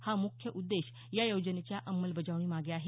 हा मुख्य उद्देश या योजनेच्या अंमलबजावणीमागे आहे